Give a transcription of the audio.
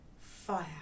fire